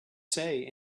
say